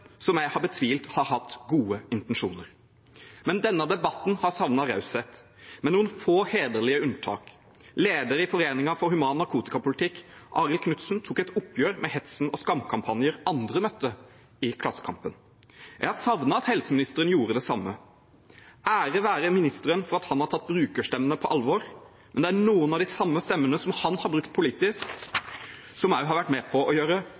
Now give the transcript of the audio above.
som jeg har betvilt har hatt gode intensjoner. Men denne debatten har savnet raushet, med noen få hederlige unntak. Lederen i Foreningen for human narkotikapolitikk, Arild Knutsen, tok i Klassekampen et oppgjør med hetsen og skamkampanjer andre møtte. Jeg har savnet at helseministeren gjorde det samme. Ære være ministeren for at han har tatt brukerstemmene på alvor, men det er noen av de samme stemmene som han har brukt politisk, som har vært med på å gjøre